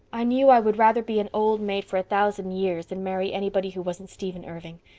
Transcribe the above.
i knew i would rather be an old maid for a thousand years than marry anybody who wasn't stephen irving.